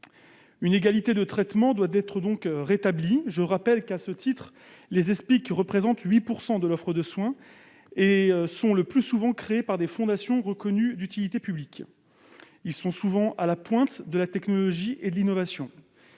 Une égalité de traitement doit être rétablie. Je le rappelle, les Espic représentent 8 % de l'offre de soins et sont le plus souvent créés par des fondations reconnues d'utilité publique. Ils sont souvent à la pointe de la technologie et de l'innovation.